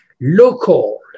local